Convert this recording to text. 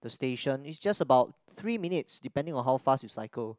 the station it's just about three minutes depending on how fast you cycle